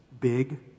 big